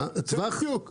כן, זה המצב.